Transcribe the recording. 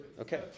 Okay